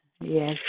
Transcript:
yes